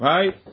Right